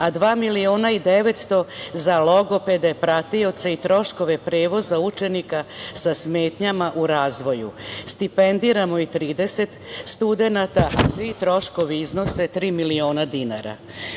a dva miliona i 900 za logopede, pratioce i troškove prevoza učenika sa smetnjama u razvoju. Stipendiramo 30 studenata, a ti troškovi iznose tri miliona